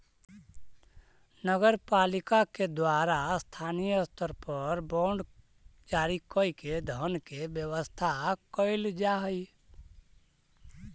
नगर पालिका के द्वारा स्थानीय स्तर पर बांड जारी कईके धन के व्यवस्था कैल जा हई